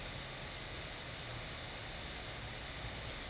ah